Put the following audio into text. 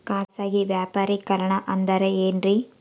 ಖಾಸಗಿ ವ್ಯಾಪಾರಿಕರಣ ಅಂದರೆ ಏನ್ರಿ?